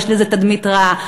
יש לזה תדמית רעה.